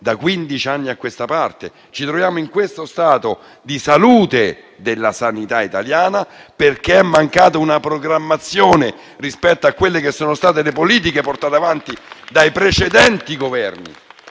anni a questa parte. Ci troviamo in questo stato di salute della sanità italiana, perché è mancata una programmazione rispetto a quelle che sono state le politiche portate avanti dai precedenti Governi.